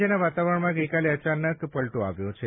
રાજ્યના વાતાવરણમાં ગઇકાલે સાંજે અચાનક પલટો આવ્યો છે